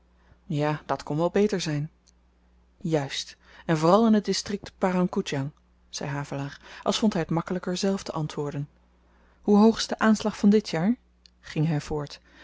ja dat kon wel beter zyn juist en vooral in het distrikt parang koedjang zei havelaar als vond hy t makkelyker zelf te antwoorden hoe hoog is de aanslag van dit jaar ging hy voort